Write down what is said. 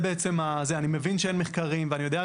מה ההיערכות של מדינת ישראל בתחום הזה?